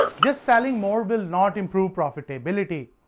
just selling more will not improve profitability.